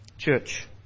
Church